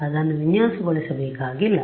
ಅದನ್ನು ವಿನ್ಯಾಸಗೊಳಿಸಬೇಕಾಗಿಲ್ಲ